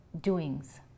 doings